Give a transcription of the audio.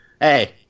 hey